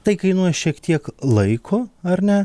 tai kainuoja šiek tiek laiko ar ne